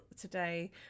today